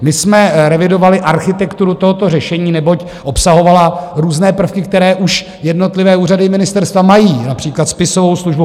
My jsme revidovali architekturu tohoto řešení, neboť obsahovala různé prvky, které už jednotlivé úřady i ministerstva mají, například spisovou službu.